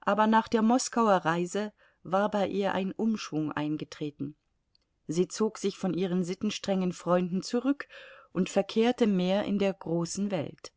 aber nach der moskauer reise war bei ihr ein umschwung eingetreten sie zog sich von ihren sittenstrengen freunden zurück und verkehrte mehr in der großen welt